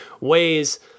ways